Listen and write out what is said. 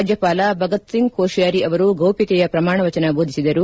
ರಾಜ್ಯಪಾಲ ಭಗತ್ಸಿಂಗ್ ಕೊಶಿಯಾರಿ ಅವರು ಗೌಪ್ತತೆಯ ಪ್ರಮಾಣ ವಚನ ಬೋಧಿಸಿದರು